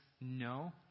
no